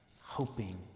hoping